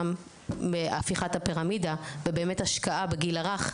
גם מהפיכת הפירמידה ובאמת השקעה בגיל הרך,